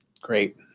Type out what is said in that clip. great